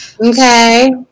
Okay